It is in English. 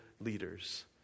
leaders